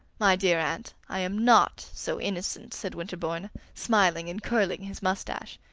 my dear aunt, i am not so innocent, said winterbourne, smiling and curling his mustache.